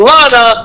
Lana